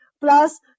plus